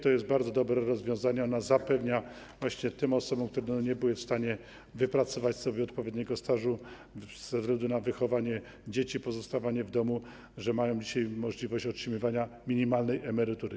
To jest bardzo dobre rozwiązanie, ono zapewnia właśnie tym osobom, które nie były w stanie wypracować sobie odpowiedniego stażu ze względu na wychowanie dzieci, pozostawanie w domu, to, że mają dzisiaj możliwość otrzymywania minimalnej emerytury.